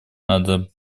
надо